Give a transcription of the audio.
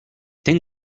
ten